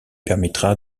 permettra